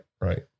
right